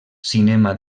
cinema